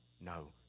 no